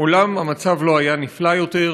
מעולם המצב לא היה נפלא יותר,